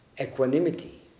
equanimity